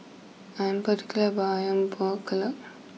I'm particular about Ayam Buah Keluak